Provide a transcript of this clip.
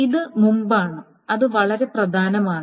ഇത് മുമ്പാണ് അത് വളരെ പ്രധാനമാണ്